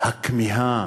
הכמיהה